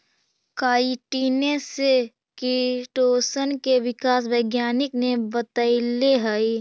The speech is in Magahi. काईटिने से किटोशन के विकास वैज्ञानिक ने बतैले हई